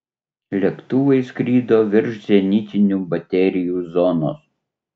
lėktuvai skrido virš zenitinių baterijų zonos